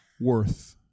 worth